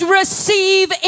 receive